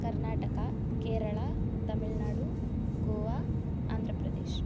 Karnataka Kerala Tamil Nadu Goa Andhra Pradesh